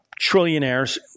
trillionaires